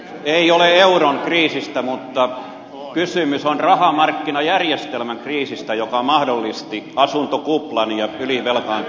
ei ole euron kriisistä mutta kysymys on rahamarkkinajärjestelmän kriisistä joka mahdollisti asuntokuplan ja ylivelkaantumisen irlannissa